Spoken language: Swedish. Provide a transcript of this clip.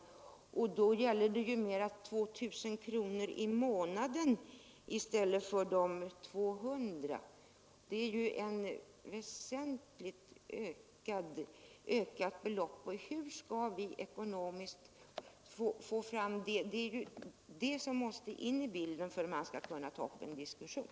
Och då gäller det mera 2 000 än 200 kronor i månaden. Det är ett väsentligt ökat belopp. Hur skall vi ekonomiskt klara det? Detta måste in i bilden för att man skall kunna ta upp en diskussion,